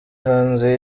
hanze